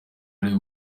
ari